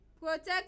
protect